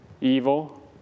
evil